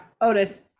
Otis